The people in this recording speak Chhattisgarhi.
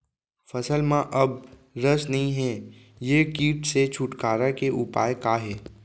फसल में अब रस नही हे ये किट से छुटकारा के उपाय का हे?